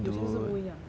有钱都是不一样